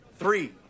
Three